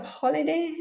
holiday